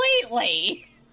completely